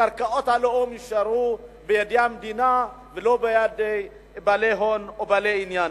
קרקעות הלאום יישארו בידי המדינה ולא בידי בעלי הון או בעלי עניין.